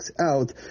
Out